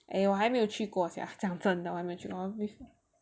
eh 我还没有去过 sia 讲真的我还没有去过